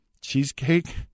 cheesecake